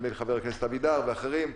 נדמה לי שחבר הכנסת אבידר ואחרים,